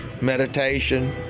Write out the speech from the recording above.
meditation